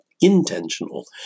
intentional